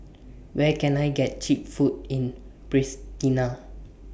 Where Can I get Cheap Food in Pristina